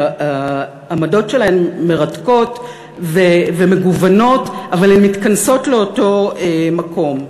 שהעמדות שלהם מרתקות ומגוונות אבל הן מתכנסות לאותו מקום: